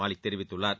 மாலிக் தெரிவித்துள்ளார்